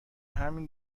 همین